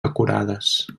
acurades